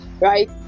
right